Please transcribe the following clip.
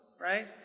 right